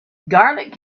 garlic